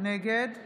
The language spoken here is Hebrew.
נגד